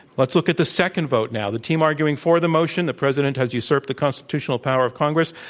let's look at the second vote now. the team arguing for the motion, the president has usurped the constitutional power of congress,